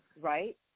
Right